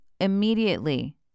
immediately